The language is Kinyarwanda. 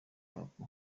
hop